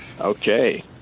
Okay